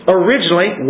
originally